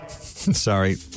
Sorry